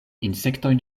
insektojn